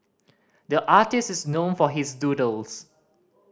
the artist is known for his doodles